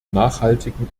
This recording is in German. nachhaltigen